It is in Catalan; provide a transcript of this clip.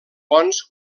bons